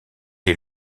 est